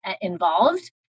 involved